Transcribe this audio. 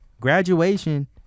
Graduation